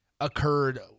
occurred